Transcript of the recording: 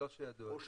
לא שידוע לי.